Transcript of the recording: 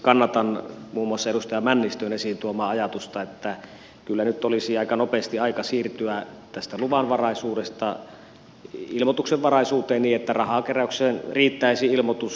kannatan muun muassa edustaja männistön esiin tuomaa ajatusta että kyllä nyt olisi aika nopeasti aika siirtyä tästä luvanvaraisuudesta ilmoituksenvaraisuuteen niin että rahankeräykseen riittäisi ilmoitus